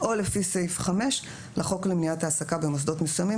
או לפי סעיף 5 לחוק למניעת העסקה במוסדות מסוימים